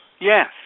Yes